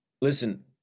listen